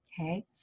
Okay